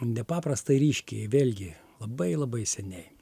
nepaprastai ryškiai vėlgi labai labai seniai